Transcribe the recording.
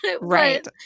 Right